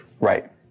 right